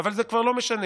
אבל זה כבר לא משנה,